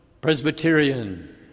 Presbyterian